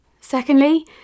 Secondly